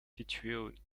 située